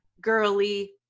girly